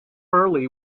early